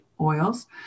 oils